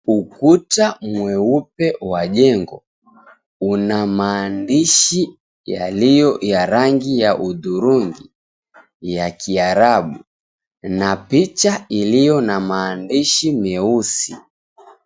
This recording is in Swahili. Ukuta mweupe wa jengo, una maandishi yaliyo ya rangi ya hudhurungi, ya kiarabu na picha iliyo na maandishi meusi.